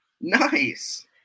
Nice